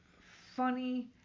funny